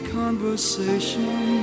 conversation